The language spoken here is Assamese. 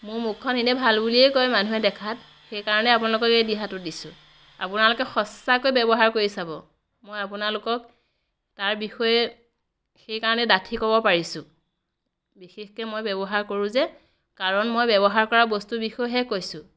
মোৰ মুখখন এনেই ভাল বুলিয়েই কয় মানুহে দেখাত সেই কাৰণে আপোনালোকক এই দিহাটো দিছোঁ আপোনালোকে সঁচাকৈ ব্য়ৱহাৰ কৰি চাব মই আপোনালোকক তাৰ বিষয়ে সেই কাৰণেই ডাঠি ক'ব পাৰিছোঁ বিশেষকৈ মই ব্য়ৱহাৰ কৰোঁ যে কাৰণ মই ব্য়ৱহাৰ কৰা বস্তুৰ বিষয়েহে কৈছোঁ